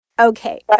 Okay